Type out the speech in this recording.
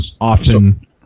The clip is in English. often